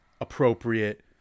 appropriate